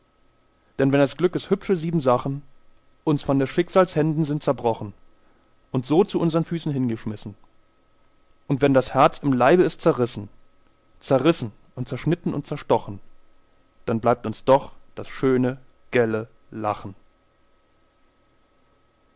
denn wenn des glückes hübsche siebensachen uns von des schicksals händen sind zerbrochen und so zu unsern füßen hingeschmissen und wenn das herz im leibe ist zerrissen zerrissen und zerschnitten und zerstochen dann bleibt uns doch das schöne gelle lachen